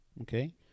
okay